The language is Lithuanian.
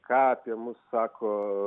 ką apie mus sako